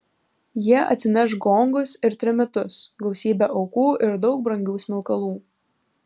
jie atsineš gongus ir trimitus gausybę aukų ir daug brangių smilkalų